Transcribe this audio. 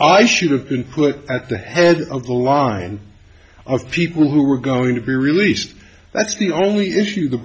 i should have been put at the head of the line of people who were going to be released that's the only issue the